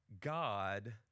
God